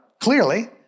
clearly